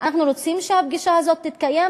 אנחנו רוצים שהפגישה הזאת תתקיים,